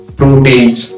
proteins